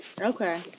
okay